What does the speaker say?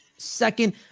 Second